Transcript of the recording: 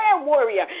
warrior